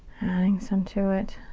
adding some to it.